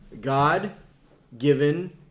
God-given